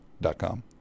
dot-com